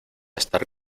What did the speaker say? estar